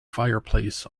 fireplace